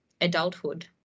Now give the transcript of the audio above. adulthood